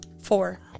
Four